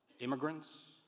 immigrants